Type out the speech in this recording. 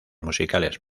musicales